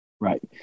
Right